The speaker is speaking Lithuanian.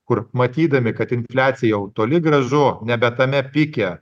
kur matydami kad infliacija jau toli gražu nebe tame pike